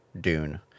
Dune